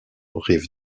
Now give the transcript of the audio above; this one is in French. rive